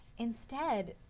instead,